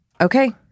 Okay